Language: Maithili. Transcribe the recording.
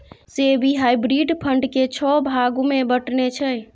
सेबी हाइब्रिड फंड केँ छओ भाग मे बँटने छै